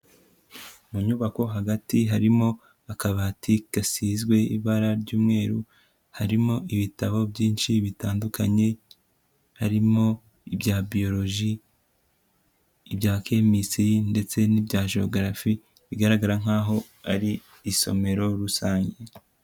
Mu nyubako hagati harimo akabati gasizwe ibara ry'umweru, harimo ibitabo byinshi bitandukanye, harimo ibya biyoroji, ibya kemisitiri ndetse n'ibya jogarafi bigaragara nk'aho ari isomero rusange.